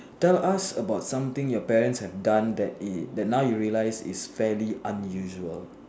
tell us about something your parent have done that it that now you realise is fairly unusual